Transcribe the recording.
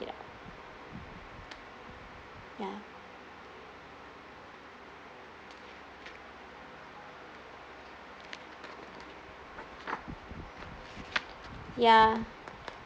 out ya ya